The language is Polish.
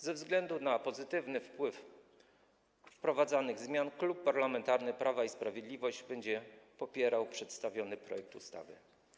Ze względu na pozytywny wpływ wprowadzanych zmian Klub Parlamentarny Prawo i Sprawiedliwość będzie popierał przedstawiony projekt ustawy.